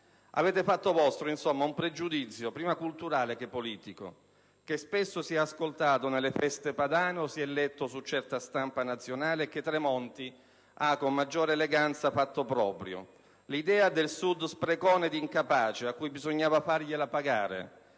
avete fatto vostro, insomma, un pregiudizio prima culturale che politico, che spesso si è ascoltato nelle feste padane o si è letto su certa stampa nazionale e che Tremonti ha, con più eleganza, fatto proprio: l'idea del Sud sprecone ed incapace a cui bisognava fargliela pagare,